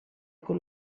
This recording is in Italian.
con